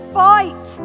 fight